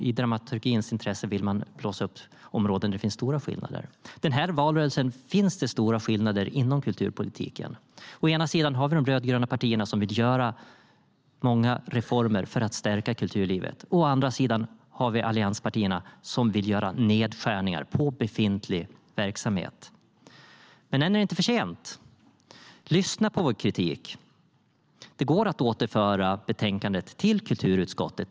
I dramaturgins intresse vill man blåsa upp områden där det finns stora skillnader. Men än är det inte för sent. Lyssna på vår kritik! Det går att återföra betänkandet till kulturutskottet.